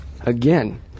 Again